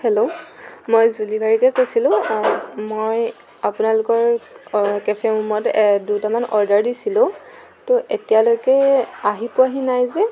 hello মই জুলিবাৰী পৰা কৈছিলো মই আপোনালোকৰ কেফে ওমত দুটামান অৰ্ডাৰ দিছিলো ত' এতিয়ালৈকে আহি পোৱাহি নাই যে